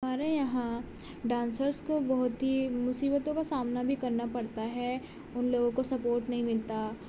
ہمارے یہاں ڈانسرز کو بہت ہی مصیبتوں کا سامنا بھی کرنا پڑتا ہے ان لوگوں کو سپورٹ نہیں ملتا